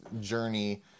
journey